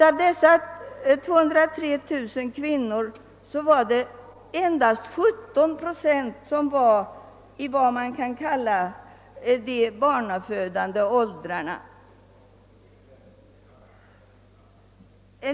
Av dessa 203 000 kvinnor befann sig endast 17 procent i vad som kan kallas de barnafödande åldrarna.